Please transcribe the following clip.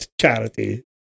charity